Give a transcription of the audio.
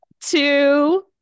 two